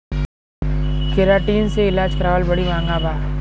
keratin से इलाज करावल बड़ी महँगा बा